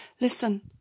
listen